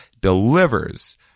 delivers